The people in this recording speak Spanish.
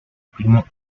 primo